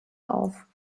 auf